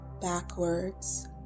backwards